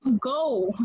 go